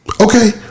okay